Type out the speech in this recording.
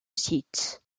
site